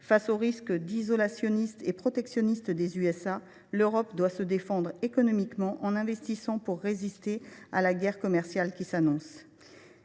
Face au risque isolationniste et protectionniste des États Unis, l’Europe doit se défendre économiquement en investissant pour résister dans la guerre commerciale qui s’annonce.